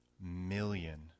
million